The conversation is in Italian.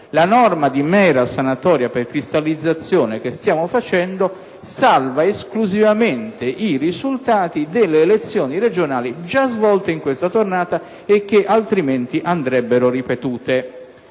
La norma di mera sanatoria per cristallizzazione che stiamo facendo salva esclusivamente i risultati delle elezioni regionali, già svolte in questa tornata e che, altrimenti, andrebbero ripetute.